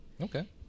Okay